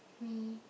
me